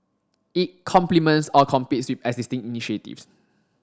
it complements or competes with existing initiatives